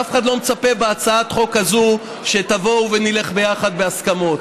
ואף אחד לא מצפה בהצעת החוק הזאת שתבואו ונלך ביחד בהסכמות.